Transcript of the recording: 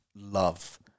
love